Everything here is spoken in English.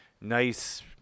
nice